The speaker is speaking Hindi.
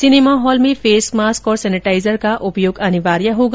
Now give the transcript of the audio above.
सिनेमा हॉल में फेस मास्क और सैनिटाइजर का उपयोग अनिवार्य होगा